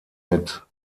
mit